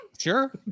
Sure